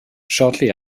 shortly